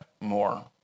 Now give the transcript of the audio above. more